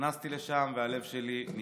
נכנסתי לשם והלב שלי נקרע.